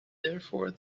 therefore